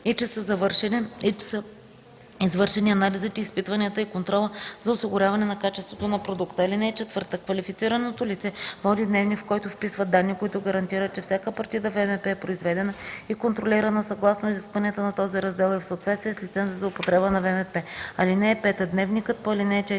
и че са извършени анализите, изпитванията и контрола за осигуряване на качеството на продукта. (4) Квалифицираното лице води дневник, в който вписва данни, които гарантират, че всяка партида ВМП е произведена и контролирана съгласно изискванията на този раздел и е в съответствие с лиценза за употреба на ВМП. (5) Дневникът по ал. 4 се